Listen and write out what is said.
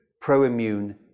pro-immune